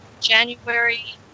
January